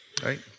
Right